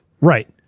right